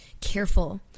careful